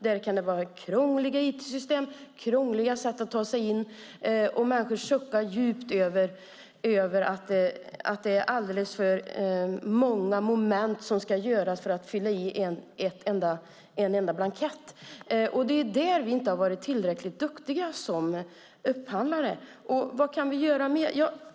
Där kan det vara krångliga IT-system med krångliga sätt att ta sig in, och människor suckar djupt över att det krävs många moment för att fylla i en enda blankett. Där har vi inte varit tillräckligt duktiga som upphandlare. Vad kan vi göra mer?